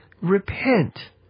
repent